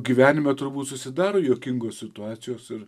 gyvenime turbūt susidaro juokingos situacijos ir